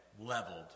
leveled